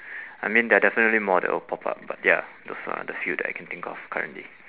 I mean there are definitely more that will pop up but ya those are the few I can think of currently